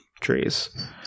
trees